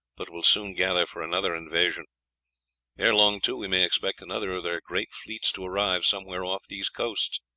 but will soon gather for another invasion ere long, too, we may expect another of their great fleets to arrive somewhere off these coasts,